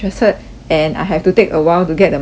and I have to take a while to get the money in